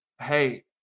hey